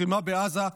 לחימה בעזה,